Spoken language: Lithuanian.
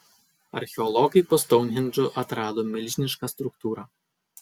archeologai po stounhendžu atrado milžinišką struktūrą